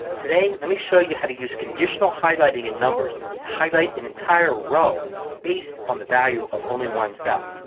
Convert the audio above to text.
today let me show you how to use conditional highlighting in numbers to highlight an entire row based on the value of only one cell.